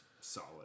solid